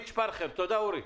תודה, אורי.